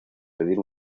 pedir